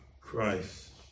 Christ